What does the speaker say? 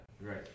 right